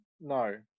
No